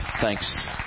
Thanks